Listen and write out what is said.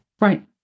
Right